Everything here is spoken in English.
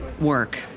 work